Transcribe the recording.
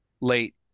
late